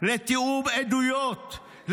לתיאום עדויות,